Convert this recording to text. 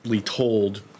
told